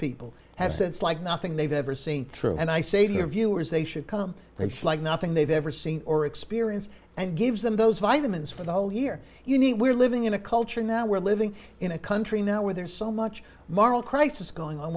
people have since like nothing they've ever seen through and i say to your viewers they should come it's like nothing they've ever seen or experience and gives them those vitamins for the whole year you know we're living in a culture now we're living in a country now where there's so much moral crisis going on